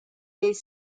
est